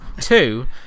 Two